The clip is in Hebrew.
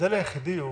ההבדל היחיד הוא